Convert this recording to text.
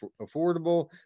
affordable